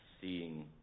seeing